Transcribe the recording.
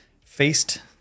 faced